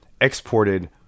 exported